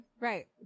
right